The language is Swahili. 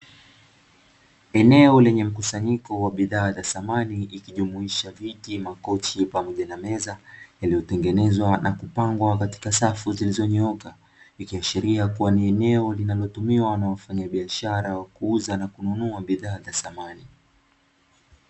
Eneo lenye mkusanyiko wa bidhaa za samani ikijumuisha viti, makochi pamoja na meza iliyotengenezwa na kupangwa katika safu zilizonyooka ikiashiria kuwa ni eneo linalotumiwa na wafanyabiashara wakuuza na kununua bidhaa za samani.